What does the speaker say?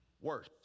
Worse